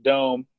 Dome